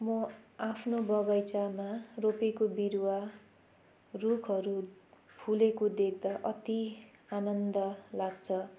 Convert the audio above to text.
म आफ्नो बगैँचामा रोपेको बिरुवा रुखहरू फुलेको देख्दा अति आनन्द लाग्छ